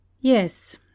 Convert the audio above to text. Yes